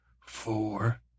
four